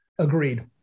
Agreed